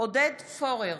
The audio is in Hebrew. עודד פורר,